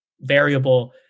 variable